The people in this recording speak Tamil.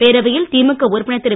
பேரவையில் திமுக உறுப்பினர் திரு